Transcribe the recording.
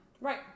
Right